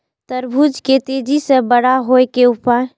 तरबूज के तेजी से बड़ा होय के उपाय?